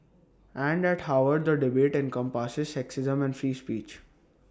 and at Harvard the debate encompasses sexism and free speech